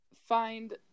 find